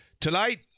tonight